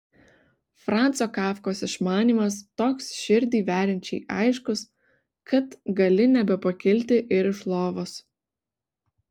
franco kafkos išmanymas toks širdį veriančiai aiškus kad gali nebepakilti ir iš lovos